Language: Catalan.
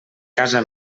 casa